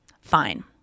fine